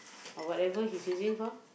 or whatever his using for